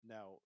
Now